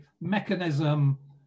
mechanism